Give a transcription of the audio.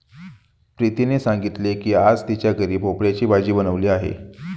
प्रीतीने सांगितले की आज तिच्या घरी भोपळ्याची भाजी बनवली आहे